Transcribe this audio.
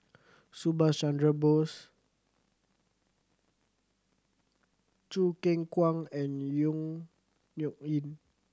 Subhas Chandra Bose Choo Keng Kwang and Yong Nyuk Lin